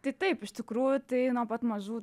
tai taip iš tikrųjų tai nuo pat mažų